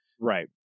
Right